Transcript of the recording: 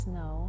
no